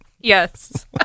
Yes